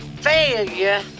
failure